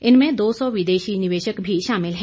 इनमें दो सौ विदेशी निवेशक भी शामिल हैं